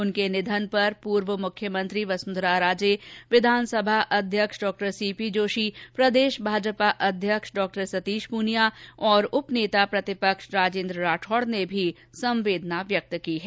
उनके निधन पर पूर्व मुख्यमंत्री वसुंधरा राजे विधानसभा अध्यक्ष डॉ सीपी जोशी भाजपा प्रदेशाध्यक्ष सतीश प्रनियां और उपनेता प्रतिपक्ष राजेन्द्र राठौड ने भी संवेदना व्यक्त की है